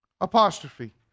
Apostrophe